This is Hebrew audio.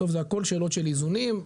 בסוף זה הכול שאלות של איזונים.